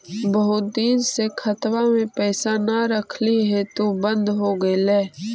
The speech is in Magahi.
बहुत दिन से खतबा में पैसा न रखली हेतू बन्द हो गेलैय?